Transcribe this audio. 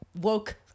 woke